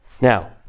Now